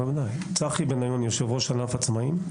יושב ראש ענף עצמאים,